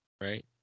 right